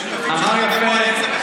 השותפים שלכם בכלל,